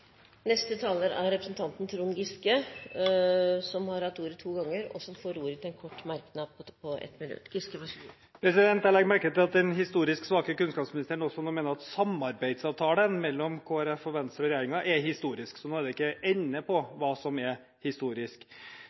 Trond Giske har hatt ordet to ganger tidligere i debatten, og får ordet til en kort merknad, begrenset til 1 minutt. Jeg legger merke til at den historisk svake kunnskapsministeren nå mener at også samarbeidsavtalen mellom Kristelig Folkeparti og Venstre og regjeringen er historisk: Det er altså ingen ende på hva som er historisk.